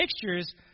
pictures